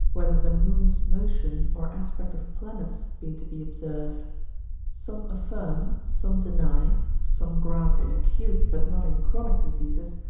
whether the moon's motion or aspect of planets be to be observed some affirm, some deny, some grant in acute, but not in chronic diseases,